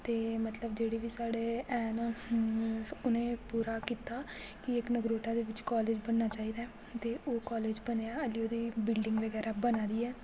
ते मतलब जेह्ड़े बी साढ़े हैन उने पुरा कित्ता की इक नगरोटा दे बिच कालेज बनना चाहिदा ते ओह् कालेज बनेआ आली ओह्दी बिल्डिंग बगैरा बना दी ऐ